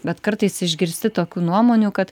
bet kartais išgirsti tokių nuomonių kad